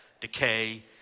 decay